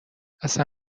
اصلن